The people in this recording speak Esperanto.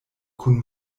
kun